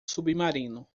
submarino